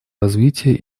развития